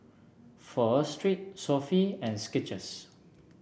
Pho Street Sofy and Skechers